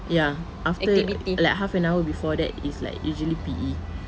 ya after like half an hour before that is like usually P_E